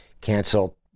cancel